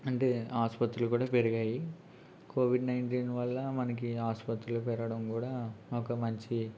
అంటే ఆసుపత్రులు కూడా పెరిగాయి కోవిడ్ నైన్టీన్ వల్ల మనకు ఆసుపత్రులు పెరగడం కూడా ఒక మంచి